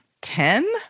Ten